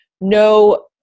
no